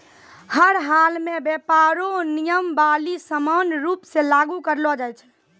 हर हालमे व्यापार रो नियमावली समान रूप से लागू करलो जाय छै